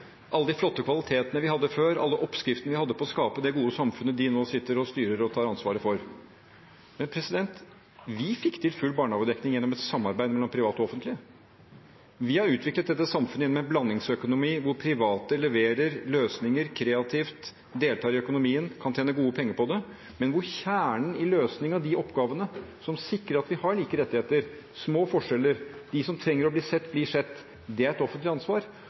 alle de flotte kvalitetene vi hadde før, alle oppskriftene vi hadde på å skape det gode samfunnet de nå sitter og styrer og tar ansvaret for. Vi fikk til full barnehagedekning gjennom et samarbeid mellom det private og det offentlige. Vi har utviklet dette samfunnet gjennom en blandingsøkonomi hvor private leverer løsninger kreativt, deltar i økonomien og kan tjene gode penger på det, men hvor kjernen i løsningen av oppgavene som sikrer at vi har like rettigheter og små forskjeller, og at de som trenger å bli sett, blir sett, er et offentlig ansvar.